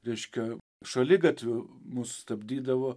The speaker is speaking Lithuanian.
reiškia šaligatviu mus stabdydavo